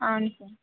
అవును సార్